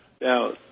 Now